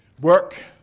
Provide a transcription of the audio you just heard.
work